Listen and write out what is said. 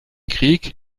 krieg